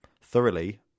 thoroughly